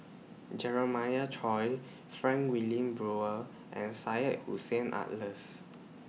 Jeremiah Choy Frank Wilmin Brewer and Syed Hussein Alatas